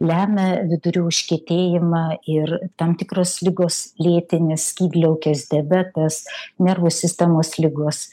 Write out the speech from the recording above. lemia vidurių užkietėjimą ir tam tikros ligos lėtinės skydliaukės diabetas nervų sistemos ligos